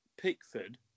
Pickford